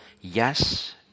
yes